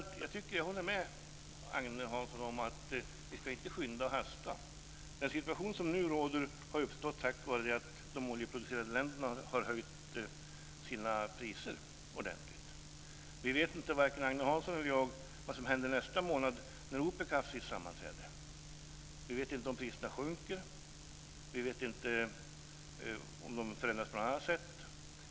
Jag håller med Agne Hansson om att vi inte ska skynda och hasta. Den situation som nu råder har uppstått genom att de oljeproducerande länderna har höjt sina priser ordentligt. Varken Agne Hansson eller jag vet vad som händer nästa månad när OPEC haft sitt sammanträde. Vi vet inte om priserna sjunker. Vi vet inte om de förändras på något annat sätt.